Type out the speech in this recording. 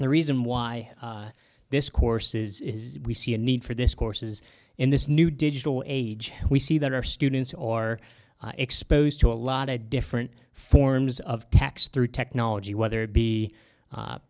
the reason why this course is we see a need for this courses in this new digital age we see that our students or exposed to a lot of different forms of tax through technology whether it be